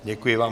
Děkuji vám.